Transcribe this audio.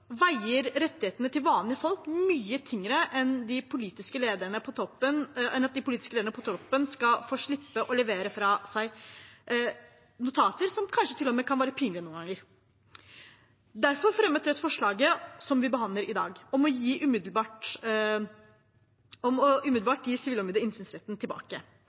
veier rettighetene til vanlige folk mye tyngre enn at de politiske lederne på toppen skal få slippe å levere fra seg notater, som kanskje til og med kan være pinlige noen ganger. Derfor fremmet Rødt forslaget som vi behandler i dag, om umiddelbart å gi Sivilombudet innsynsretten tilbake. Esset skal tilbake i kortstokken, og